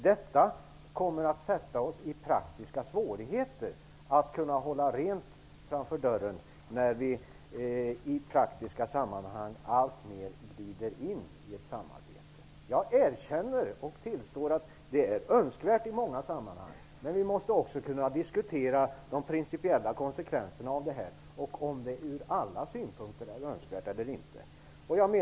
Det kommer att försätta oss i praktiska svårigheter att hålla rent framför vår egen dörr när vi i praktiska sammanhang alltmer glider in i ett samarbete. Jag erkänner och tillstår att det i många sammanhang är önskvärt. Men vi måste också kunna diskutera de principiella konsekvenserna av detta och om det ur alla synpunkter är önskvärt eller inte.